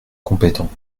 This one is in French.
compétents